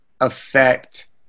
affect